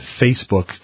Facebook